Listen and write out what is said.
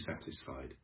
satisfied